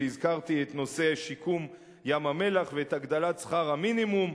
והזכרתי את נושא שיקום ים-המלח ואת הגדלת שכר המינימום.